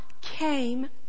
came